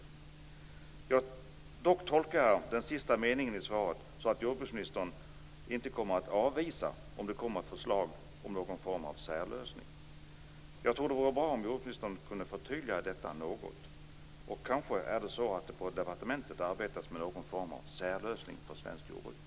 Men jag tolkar den sista meningen i svaret så att jordbruksministern inte kommer att avvisa ett förslag, om det kommer ett sådant, om någon form av särlösning. Jag tror det vore bra om jordbruksministern kunde förtydliga detta något. Kanske är det så att det på departementet arbetas med någon form av särlösning för svenskt jordbruk.